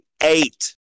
eight